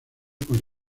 con